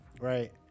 right